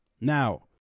Now